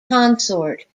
consort